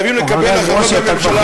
חייבים לקבל החלטות בממשלה.